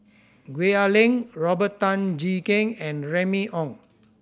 Gwee Ah Leng Robert Tan Jee Keng and Remy Ong